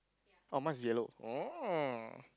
orh mine is yellow oh